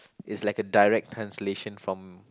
it's like a direct translation from